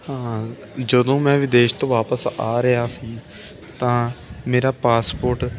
ਹਾਂ ਜਦੋਂ ਮੈਂ ਵਿਦੇਸ਼ ਤੋਂ ਵਾਪਿਸ ਆ ਰਿਹਾ ਸੀ ਤਾਂ ਮੇਰਾ ਪਾਸਪੋਰਟ